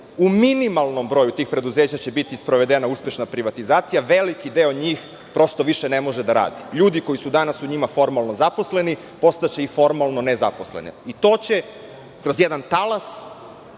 u minimalnom broju tih preduzeća će biti sprovedena uspešna privatizacija, veliki deo njih prosto više ne može da radi. Ljudi koji su danas u njima formalno zaposleni postaće i formalno nezaposleni, i to će kroz jedan talas